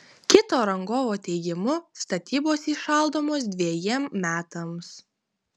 kito rangovo teigimu statybos įšaldomos dvejiem metams